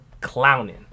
clowning